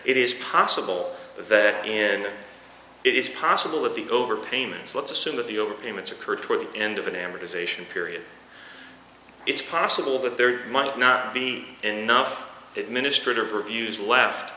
it is possible that and it is possible with the overpayments let's assume that the overpayments occur toward the end of an amortization period it's possible that there might not be enough minister interviews left